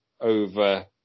over